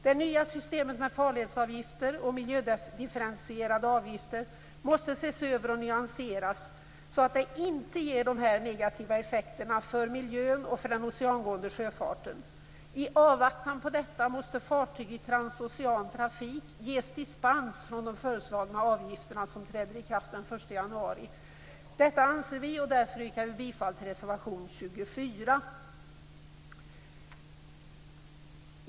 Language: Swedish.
Det nya systemet med farledsavgifter och miljödifferentierade avgifter måste ses över och nyanseras så att det inte ger dessa negativa effekter för miljön och för den oceangående sjöfarten. I avvaktan på detta måste fartyg i transocean trafik ges dispens från de föreslagna avgifterna som träder i kraft den 1 januari. Detta anser vi, och yrkar därför bifall till reservation 24.